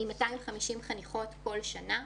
עם 250 חניכות כל שנה.